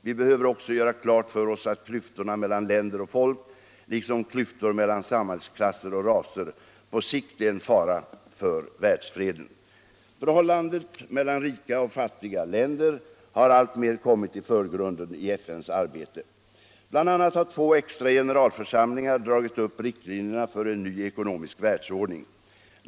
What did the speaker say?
Vi behöver också göra klart för oss att klyftorna mellan länder och folk, liksom klyftor mellan samhällsklasser och raser, på sikt är en fara för världsfreden. Förhållandet mellan rika och fattiga länder har alltmer kommit i förgrunden i FN:s arbete. Bl. a. har två extra generalförsamlingar dragit upp riktlinjerna för en ny ekonomisk världsordning.